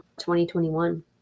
2021